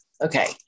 okay